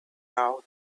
now